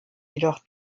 jedoch